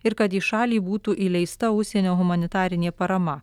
ir kad į šalį būtų įleista užsienio humanitarinė parama